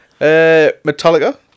Metallica